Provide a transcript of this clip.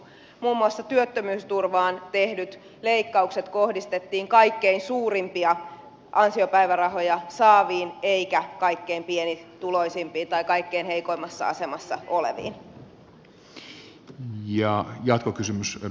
muun muassa työttömyysturvaan tehdyt leikkaukset kohdistettiin kaikkein suurimpia ansiopäivärahoja saaviin eikä kaikkein pienituloisimpiin tai kaikkein heikoimmassa asemassa oleviin